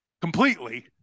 completely